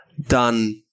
done